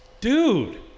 Dude